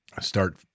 start